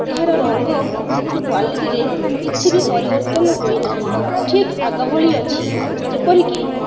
ଏହାର ରଙ୍ଗ କ୍ଵାଲିଟିରେ କିଛି ବି ପରିବର୍ତ୍ତନ ହୋଇନାହିଁ ଠିକ୍ ଆଗଭଳି ଅଛି ଯେପରିକି